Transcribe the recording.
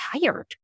tired